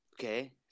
okay